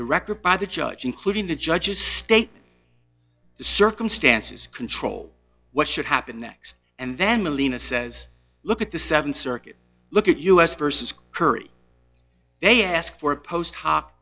record by the judge including the judge's statement the circumstances control what should happen next and then molina says look at the th circuit look at us versus curry they ask for a post ho